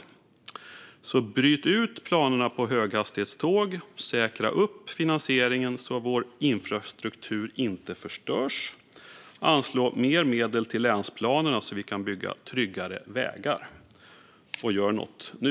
Bryt därför ut planerna på höghastighetståg, säkra upp finansieringen så att vår infrastruktur inte förstörs och anslå mer medel till länsplanerna så att vi kan bygga tryggare vägar! Gör något nu!